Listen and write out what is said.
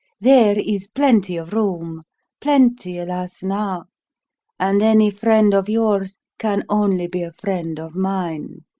there is plenty of room plenty, alas now and any friend of yours can only be a friend of mine.